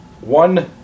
one